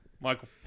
Michael